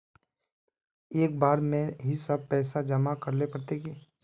एक बार में ही सब पैसा जमा करले पड़ते की?